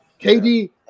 KD